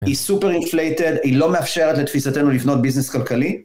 היא סופר אינפלייטד, היא לא מאפשרת לתפיסתנו לפנות ביזנס כלכלי.